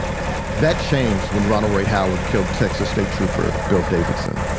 that changed when ronald ray howard killed texas state trooper bill davidson.